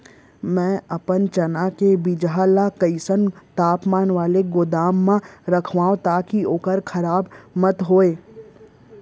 मैं अपन चना के बीजहा ल कइसन तापमान वाले गोदाम म रखव ताकि ओहा खराब मत होवय?